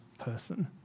person